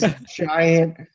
giant